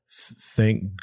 thank